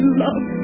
love